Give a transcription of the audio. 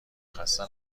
خسته